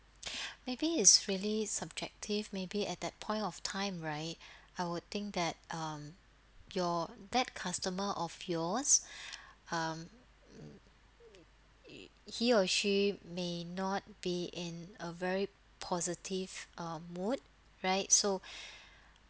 maybe is really subjective maybe at that point of time right I would think that um your that customer of yours um he or she may not be in a very positive uh mood right so